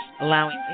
allowing